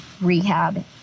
rehab